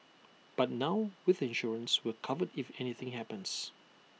but now with insurance we are covered if anything happens